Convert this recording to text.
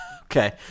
Okay